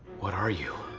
what are you?